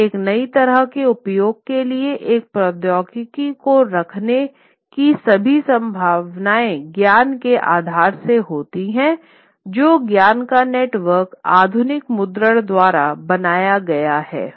तो एक नई तरह के उपयोग के लिए एक प्रौद्योगिकी को रखने की सभी संभावनाएंज्ञान के आधार से आती हैं जो ज्ञान का नेटवर्क आधुनिक मुद्रण द्वारा बनाया गया है